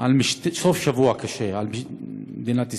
סוף שבוע קשה, על מדינת ישראל,